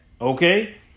Okay